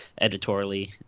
editorially